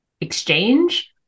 exchange